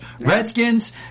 Redskins